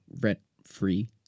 rent-free